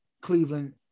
Cleveland